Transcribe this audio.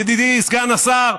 ידידי סגן השר,